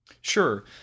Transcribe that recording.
Sure